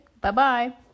Bye-bye